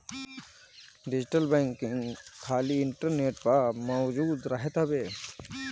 digital banking खाली internet पअ मौजूद रहत हवे